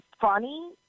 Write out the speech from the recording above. funny